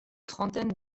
trentaine